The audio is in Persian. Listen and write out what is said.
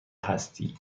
هستی